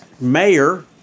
mayor